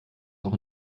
auch